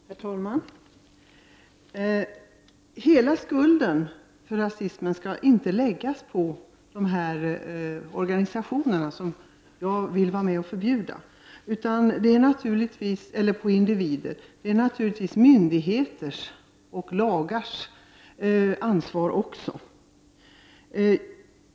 Herr talman! Hela skulden för rasismen skall inte läggas på de organisationer som jag vill vara med om att förbjuda, eller på individer. Myndigheter och lagar har naturligtvis också ett ansvar.